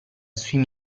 swim